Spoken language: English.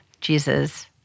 Jesus